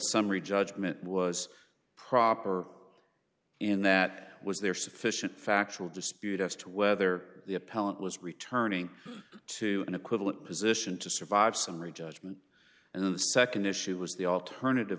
summary judgment was proper and that was there sufficient factual dispute as to whether the appellant was returning to an equivalent position to survive summary judgment and the nd issue was the alternative